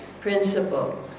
principle